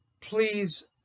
Please